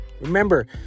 Remember